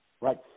Right